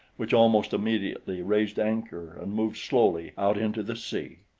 which almost immediately raised anchor and moved slowly out into the sea.